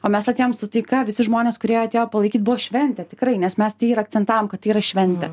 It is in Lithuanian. o mes atėjom su taika visi žmonės kurie atėjo palaikyt buvo šventė tikrai nes mes tai ir akcentavom kad tai yra šventė